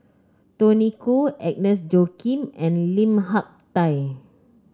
Tony Khoo Agnes Joaquim and Lim Hak Tai